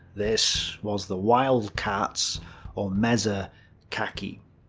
this was the wild cats or meza kaki.